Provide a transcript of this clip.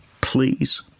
Please